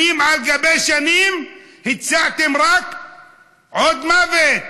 שנים על גבי שנים הצעתם רק עוד מוות